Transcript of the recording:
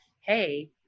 Hey